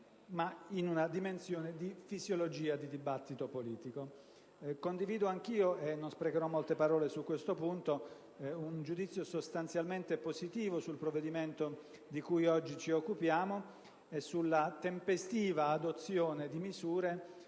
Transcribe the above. ma in una dimensione di fisiologia di dibattito politico. Condivido anch'io (e non sprecherò, pertanto, molte parole su questo punto) un giudizio sostanzialmente positivo sul provvedimento di cui oggi ci occupiamo e sulla tempestiva adozione di misure